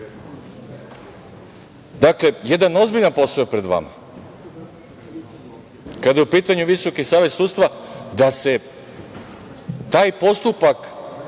to. Dakle, jedan ozbiljan posao je pred vama kada je u pitanju Visoki savet sudstva da se taj postupak